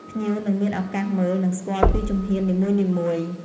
ភ្ញៀវនឹងមានឱកាសមើល និងស្គាល់ពីជំហាននីមួយៗ